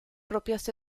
propias